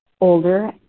older